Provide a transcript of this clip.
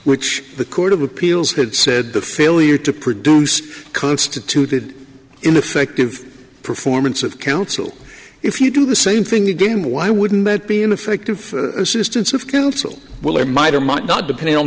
which the court of appeals had said the failure to produce constituted ineffective performance of counsel if you do the same thing again why wouldn't that be ineffective assistance of counsel will or might or might not depending on